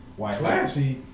Classy